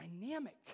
dynamic